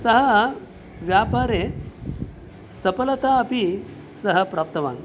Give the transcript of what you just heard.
सः व्यापारे सफलता अपि सः प्राप्तवान्